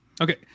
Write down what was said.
okay